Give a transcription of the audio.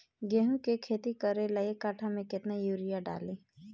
गेहूं के खेती करे ला एक काठा में केतना युरीयाँ डाली?